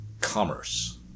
commerce